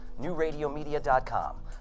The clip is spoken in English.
newradiomedia.com